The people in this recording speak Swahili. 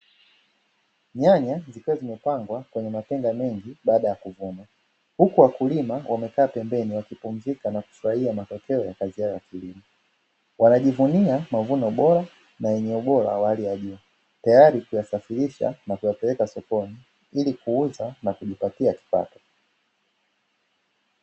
Nyanya zikiwa zimepangwa kwenye matenga mengi baada ya kuvuna, huku wakulima wamekaa pembeni wakipumzika na kufurahia matokeo ya kazi yao ya kulima. Wanajivunia mavuno bora na yenye ubora wa hali ya juu, tayari kuyasafirisha na kuyapeleka sokoni ili kuuza na kujipatia kipato.